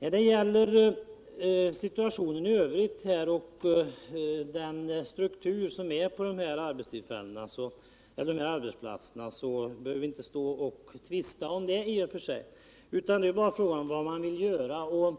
När det gäller situationen 1 övrigt och den struktur som gäller dessa arbetsplatser behöver vi inte tvista. Här är bara fråga om vad man vill göra.